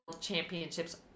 championships